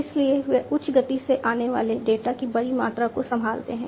इसलिए वे उच्च गति में आने वाले डेटा की बड़ी मात्रा को संभालते हैं